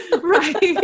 Right